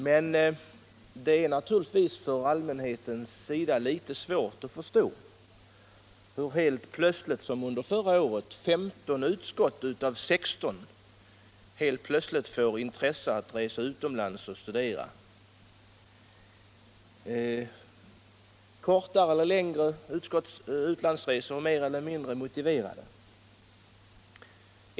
Men det är naturligtvis för allmänheten litet svårt att förstå hur helt plötsligt, som under förra året, 15 utskott av 16 får intresse av att resa utomlands och studera. Det var fråga om kortare och längre utlandsresor, mer eller mindre motiverade.